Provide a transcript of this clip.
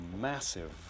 massive